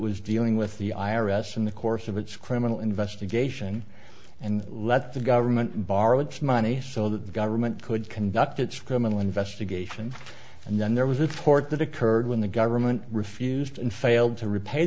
was dealing with the i r s in the course of its criminal investigation and let the government borrow money so that the government could conduct its criminal investigation and then there was report that occurred when the government refused and failed to repay